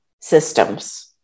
systems